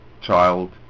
child